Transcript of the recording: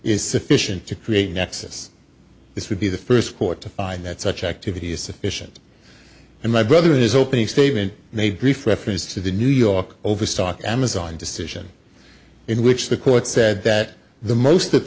is sufficient to create a nexus this would be the first court to find that such activity is sufficient and my brother in his opening statement made brief reference to the new york overstock amazon decision in which the court said that the most that